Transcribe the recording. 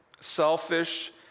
selfish